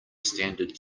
standard